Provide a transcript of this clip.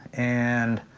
and.